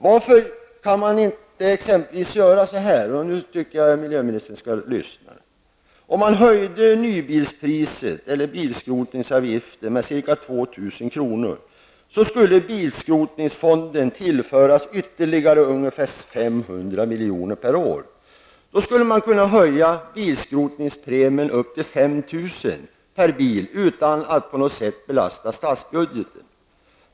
Varför skall man exempelvis inte kunna göra så här -- nu tycker jag att miljöministern skall lyssna? Om man höjde nybilspriset eller bilskrotningsavgiften med ca 2 000 kr., skulle bilskrotningsfonden tillföras ytterligare ca 500 miljoner per år. Då skulle man kunna höja bilskrotningspremien till 5 000 kr. per bil utan att på något sätt belasta statsbudgeten.